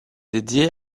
dédiée